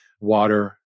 water